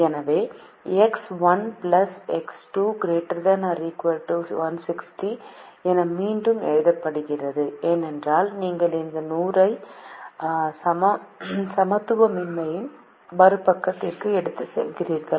எனவே இது X1 X2≥160 என மீண்டும் எழுதப்படுகிறது ஏனெனில் நீங்கள் இந்த 100 ஐ சமத்துவமின்மையின் மறுபக்கத்திற்கு எடுத்துச் செல்கிறீர்கள்